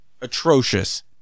Atrocious